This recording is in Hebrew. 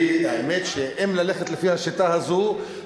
אם ללכת לפי השיטה הזאת,